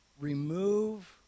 remove